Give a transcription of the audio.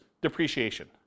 depreciation